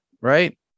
right